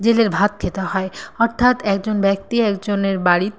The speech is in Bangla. জেলের ভাত খেতে হয় অর্থাৎ একজন ব্যক্তি একজনের বাড়িতে